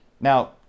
Now